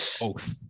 oath